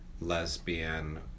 lesbian